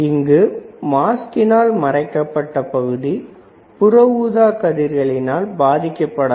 இங்கு மாஸ்கினால் மறைக்கப்பட்ட பகுதி புற ஊதாக் கதிர்களினால் பாதிக்கப்படாது